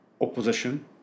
opposition